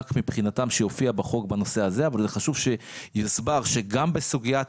מבחינתם שיופיע בחוק בנושא הזה אבל חשוב שיוסבר שגם בסוגיית